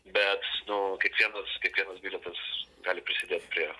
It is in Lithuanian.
bet nu kiekvienas kiekvienas bilietas gali prisidėt prie